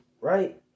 right